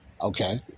Okay